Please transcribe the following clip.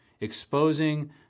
exposing